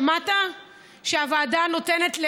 שמעת שהוועדה נותנת,